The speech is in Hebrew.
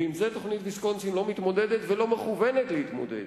ועם זה תוכנית ויסקונסין לא מתמודדת ולא מכוונת להתמודד.